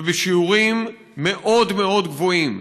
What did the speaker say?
ובשיעורים מאוד מאוד גבוהים.